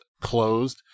closed